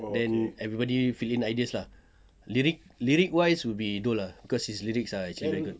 then everybody fill in ideas lah lyric lyric wise would be dol lah cause his lyrics are actually very good